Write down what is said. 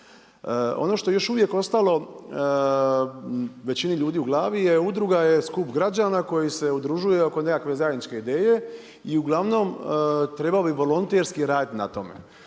Ono što je još uvijek ostalo većini ljudi u glavi je udruga je skup građana koji se udružuje oko nekakve zajedničke ideje i uglavnom trebao bi volonterski raditi na tome.